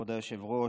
כבוד היושב-ראש,